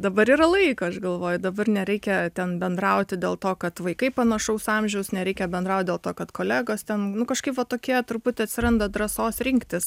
dabar yra laiko aš galvoju dabar nereikia ten bendrauti dėl to kad vaikai panašaus amžiaus nereikia bendraut dėl to kad kolegos ten nu kažkaip va tokie truputį atsiranda drąsos rinktis